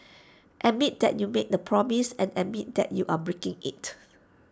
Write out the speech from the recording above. admit that you made A promise and admit that you are breaking IT